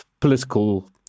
political